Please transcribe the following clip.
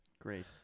Great